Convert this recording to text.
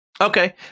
Okay